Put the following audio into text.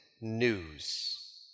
news